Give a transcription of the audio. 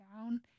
down